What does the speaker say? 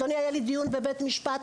אדוני היה לי דיון בבית משפט,